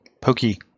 Pokey